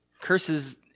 curses